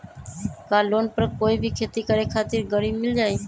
का लोन पर कोई भी खेती करें खातिर गरी मिल जाइ?